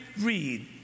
Read